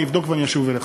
אני אבדוק ואני אשוב אליך.